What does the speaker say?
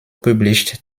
published